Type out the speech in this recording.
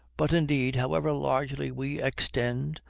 but, indeed, however largely we extend,